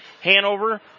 Hanover